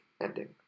ending